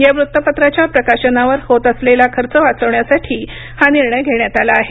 या वृत्तपत्राच्या प्रकाशनावर होत असलेल खर्च वाचवण्यासाठी हा निर्णय घेण्यात आला आहे